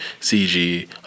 CG